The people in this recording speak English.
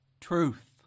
truth